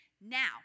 Now